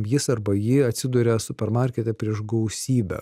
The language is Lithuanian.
jis arba ji atsiduria supermarkete prieš gausybę